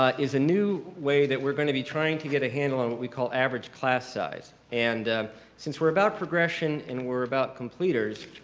ah is a new way that we're gonna be trying to get a handle on what we call average class size and since we're about progression and we're about completers,